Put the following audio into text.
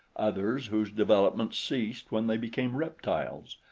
others whose development ceased when they became reptiles,